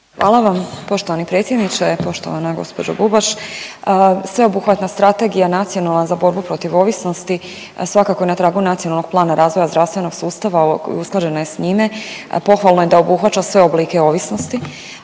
Hvala vam poštovani predsjedniče. Poštovana gospođo Bubaš. Sveobuhvatna strategija nacionalna za borbu protiv ovisnosti svakako je na tragu Nacionalnog plana razvoja zdravstvenog sustava, usklađena je s njime pohvalno je da obuhvaća sve oblike ovisnosti.